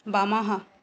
वामः